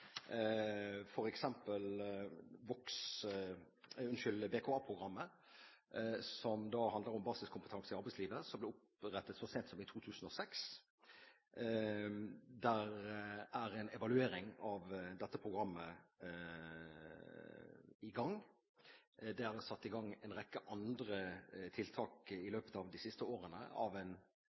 som handler om basiskompetanse i arbeidslivet, som ble opprettet så sent som i 2006. En evaluering av dette programmet er i gang. Det er satt i gang en rekke andre tiltak i løpet av de siste årene av en